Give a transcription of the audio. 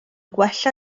gwella